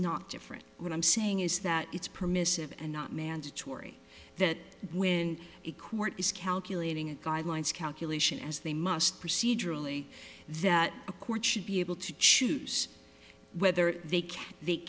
not different what i'm saying is that it's permissive and not mandatory that when a quart is calculating and guidelines calculation as they must procedurally that a court should be able to choose whether they